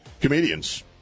comedians